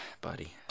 buddy